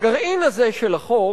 הגרעין הזה של החוק